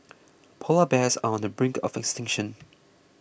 Polar Bears are on the brink of extinction